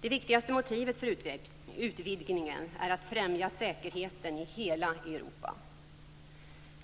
Det starkaste motivet för utvidgningen är att främja säkerheten i hela Europa.